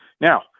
Now